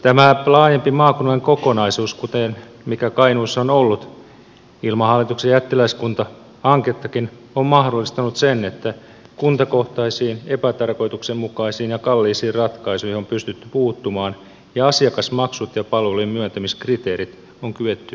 tämä laajempi maakunnallinen kokonaisuus joka kainuussa on ollut ilman hallituksen jättiläiskuntahankettakin on mahdollistanut sen että kuntakohtaisiin epätarkoituksenmukaisiin ja kalliisiin ratkaisuihin on pystytty puuttumaan ja asiakasmaksut ja palvelujen myöntämiskriteerit on kyetty yhdenmukaistamaan